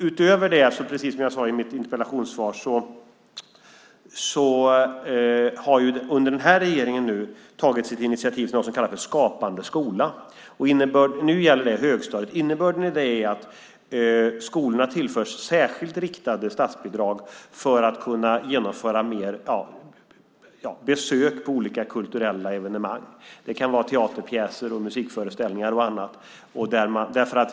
Utöver det har det, precis som jag sade i mitt interpellationssvar, under den här regeringen tagits ett initiativ till något som kallas för Skapande skola. Nu gäller det högstadiet, och innebörden i det är att skolorna tillförs särskilt riktade statsbidrag för att kunna genomföra mer besök på olika kulturella evenemang. Det kan vara teaterpjäser och musikföreställningar och annat.